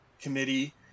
Committee